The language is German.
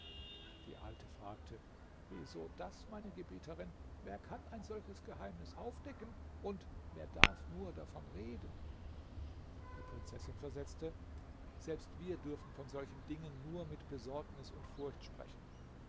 die alte fragte wieso das meine gebieterin wer kann ein solches geheimnis aufdecken oder wer darf nur davon reden die prinzessin versetzte selbst wir dürfen von solchen dingen nur mit besorgnis und furcht sprechen